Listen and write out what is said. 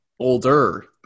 Older